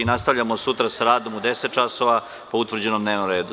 Nastavljamo sutra sa radom u 10,00 časova, po utvrđenom dnevnom redu.